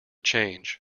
change